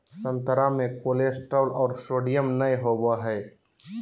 संतरा मे कोलेस्ट्रॉल और सोडियम नय होबय हइ